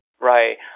Right